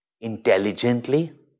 intelligently